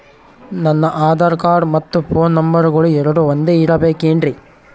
ನನ್ನ ಆಧಾರ್ ಕಾರ್ಡ್ ಮತ್ತ ಪೋನ್ ನಂಬರಗಳು ಎರಡು ಒಂದೆ ಇರಬೇಕಿನ್ರಿ?